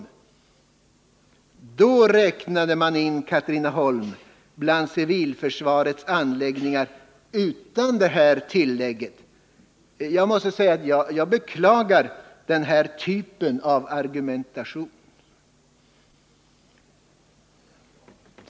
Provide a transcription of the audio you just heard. Tidigare räknade de in Katrineholm bland civilförsvarets anläggningar utan detta tillägg. Jag beklagar den här typen av argumentation.